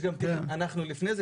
לפני זה,